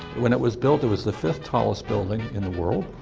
when it was built, it was the fifth tallest building in the world.